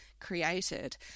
created